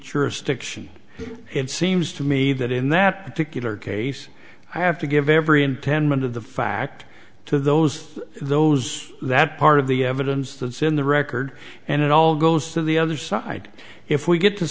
jurisdiction it seems to me that in that particular case i have to give every in ten min of the fact to those those that part of the evidence that's in the record and it all goes to the other side if we get to